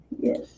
Yes